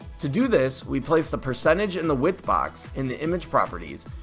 to do this we place the percentage in the width box in the image properties,